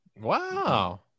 Wow